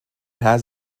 has